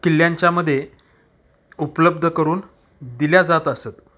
किल्ल्यांच्यामध्ये उपलब्ध करून दिल्या जात असत